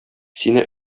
сине